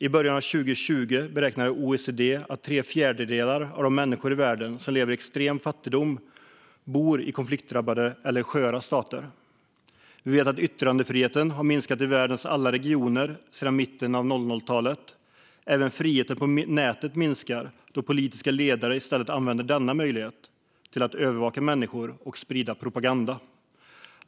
I början av 2020 beräknade OECD att tre fjärdedelar av de människor i världen som lever i extrem fattigdom bor i konfliktdrabbade eller sköra stater. Vi vet att yttrandefriheten har minskat i världens alla regioner sedan mitten av 00-talet. Även friheten på nätet minskar, då politiska ledare i stället använder denna möjlighet till att övervaka människor och sprida propaganda.